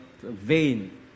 vain